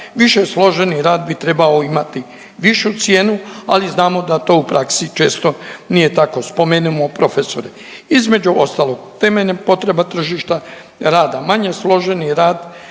Više složeni rad bi trebao imati višu cijenu, ali znamo da to u praksi često nije tako, spomenimo profesore. Između ostalog, temeljem potreba tržišta rada, manje složeni rad